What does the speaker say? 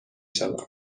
شوم